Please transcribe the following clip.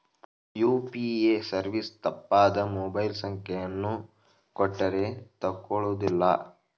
UPA service ತಪ್ಪಾದ mobile ಸಂಖ್ಯೆಯನ್ನು ಕೊಟ್ಟರೇ ತಕೊಳ್ಳುವುದಿಲ್ಲ